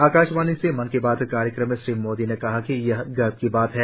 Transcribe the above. आकाशवाणी से मन की बात कार्यक्रम में श्री मोदी ने कहा कि यह गर्व की बात है